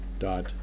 dot